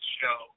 show